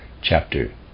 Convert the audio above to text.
chapter